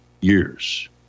years